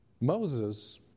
Moses